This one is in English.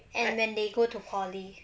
and when they go to poly